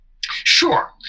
Sure